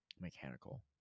Mechanical